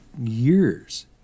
years